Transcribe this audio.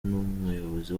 n’umuyobozi